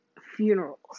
funerals